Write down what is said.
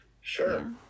Sure